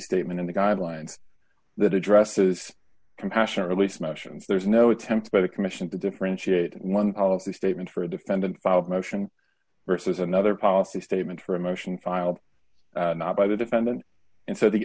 statement in the guidelines that addresses compassionate release motions there is no attempt by the commission to differentiate one policy statement for a defendant filed motion versus another policy statement for a motion filed not by the defendant and so the